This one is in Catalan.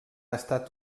estat